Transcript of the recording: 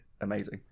amazing